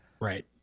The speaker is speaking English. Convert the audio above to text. Right